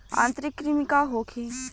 आंतरिक कृमि का होखे?